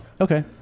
okay